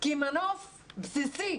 כמנוף בסיסי